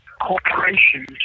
corporations